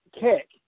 kick